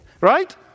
right